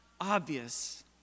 obvious